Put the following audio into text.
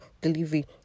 delivery